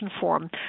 form